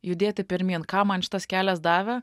judėti pirmyn ką man šitas kelias davė